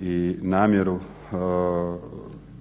i namjeru